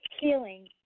healing